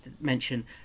mention